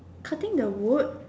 cutting the wood